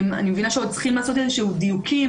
אני מבינה שצריכים לעשות עוד איזה שהם דיוקים,